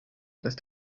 dass